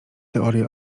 teorię